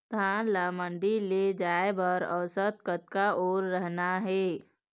धान ला मंडी ले जाय बर औसत कतक ओल रहना हे?